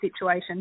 situation